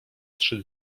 trzy